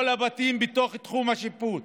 כל הבתים בתוך תחום השיפוט,